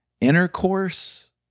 intercourse